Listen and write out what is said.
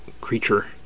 creature